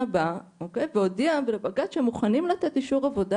באה והודיעה לבג"צ שהם מוכנים לתת אישור עבודה